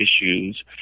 issues